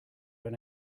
when